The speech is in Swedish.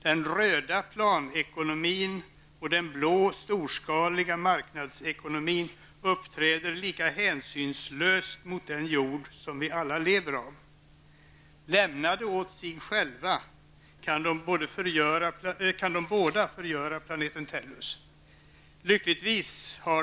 Den röda planekonomin och den blå storskaliga marknadsekonomin uppträder lika hänsynslöst mot den jord som vi alla lever av. Lämnade åt sig själva kan de båda förgöra planeten Tellus.